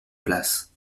place